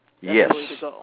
Yes